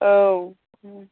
औ